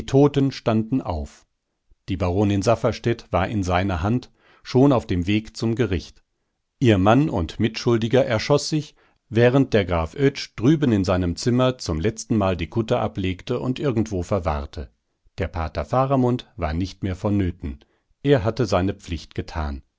toten standen auf die baronin safferstätt war in seiner hand schon auf dem weg zum gericht ihr mann und mitschuldiger erschoß sich während der graf oetsch drüben in seinem zimmer zum letztenmal die kutte ablegte und irgendwo verwahrte der pater faramund war nicht mehr vonnöten er hatte seine pflicht getan